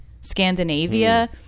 Scandinavia